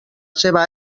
seva